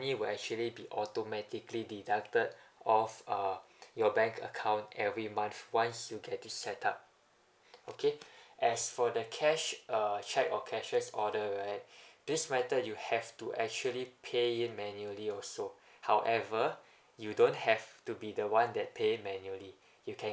will actually be automatically deducted off uh your bank account every month once you get it set up okay as for the cash uh check or cashier's order right this method you have to actually pay it manually also however you don't have to be the one that pay manually you can